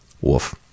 Woof